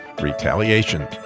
Retaliation